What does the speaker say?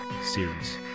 series